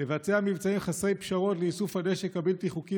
לבצע מבצעים חסרי פשרות לאיסוף הנשק הבלתי-חוקי